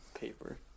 Paper